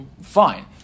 fine